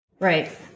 Right